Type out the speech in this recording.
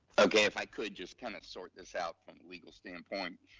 okay if i could just kind of sort this out from legal standpoint,